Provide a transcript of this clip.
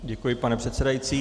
Děkuji, pane předsedající.